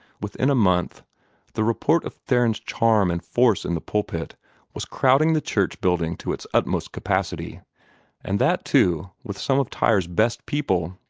within a month the report of theron's charm and force in the pulpit was crowding the church building to its utmost capacity and that, too, with some of tyre's best people.